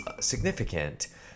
significant